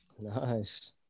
Nice